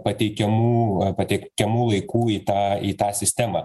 pateikiamų pateikiamų laikų į tą į tą sistemą